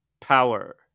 power